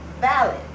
valid